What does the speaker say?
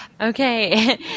Okay